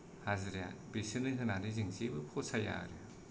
हाजिराया बेसोरनो होनानै जों जेबो फसाया आरो